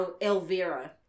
Elvira